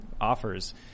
offers